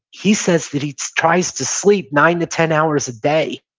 he says that he tries to sleep nine ten hours a day.